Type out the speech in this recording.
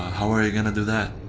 how are you gonna do that?